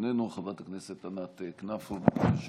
איננו.